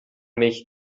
mich